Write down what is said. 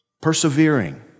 Persevering